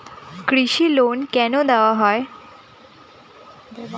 কৃষি লোন কেন দেওয়া হয়?